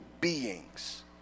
beings